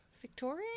Victoria